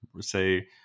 say